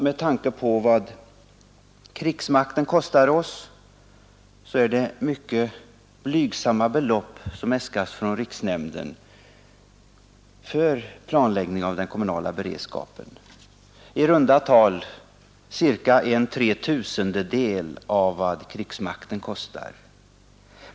Med tanke på vad krigsmakten kostar oss är det mycket blygsamma belopp som äskas från riksnämnden för planläggning av den kommunala beredskapen, i runda tal ca 1/3 000 av vad krigsmakten kostar.